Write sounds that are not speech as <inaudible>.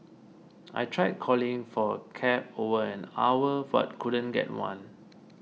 I tried calling for a cab over an hour <unintelligible> couldn't get one